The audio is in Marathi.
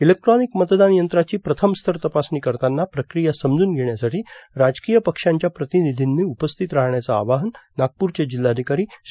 इलेक्ट्रॉनिक मतदान यंत्राची प्रथमस्तर तपासणी करतांना प्रक्रिया समजून घेण्यासाठी राजकीय पक्षांच्या प्रतिनिधींनी उपस्थित राहण्याचं आवाहन नागप्रचे जिल्हाधिकारी श्री